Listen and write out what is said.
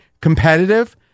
competitive